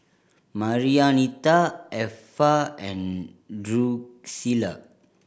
Marianita Effa and Drucilla